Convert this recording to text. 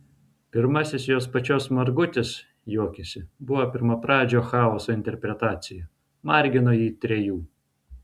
pirmasis jos pačios margutis juokiasi buvo pirmapradžio chaoso interpretacija margino jį trejų